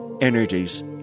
energies